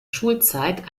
schulzeit